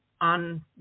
on